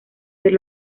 del